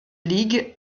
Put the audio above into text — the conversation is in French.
league